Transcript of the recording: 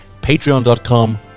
patreon.com